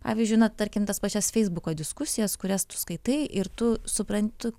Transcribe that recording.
pavyzdžiui na tarkim tas pačias feisbuko diskusijas kurias tu skaitai ir tu supran tu